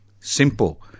Simple